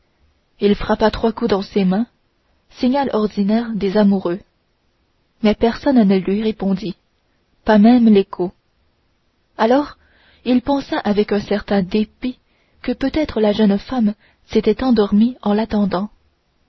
il frappa trois coups dans ses mains signal ordinaire des amoureux mais personne ne lui répondit pas même l'écho alors il pensa avec un certain dépit que peut-être la jeune femme s'était endormie en l'attendant